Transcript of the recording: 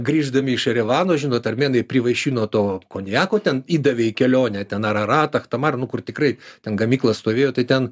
grįždami iš jerevano žinot armėnai privaišino to konjako ten įdavė į kelionę ten araratą achtamar nu kur tikrai ten gamykla stovėjo tai ten